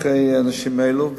אחרי האנשים האלו,